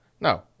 no